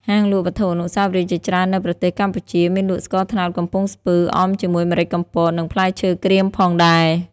ហាងលក់វត្ថុអនុស្សាវរីយ៍ជាច្រើននៅប្រទេសកម្ពុជា មានលក់ស្ករត្នោតកំពង់ស្ពឺ អមជាមួយម្រេចកំពត និងផ្លែឈើក្រៀមផងដែរ។